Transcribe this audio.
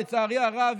לצערי הרב,